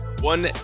One